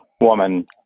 woman